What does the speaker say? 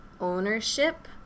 ownership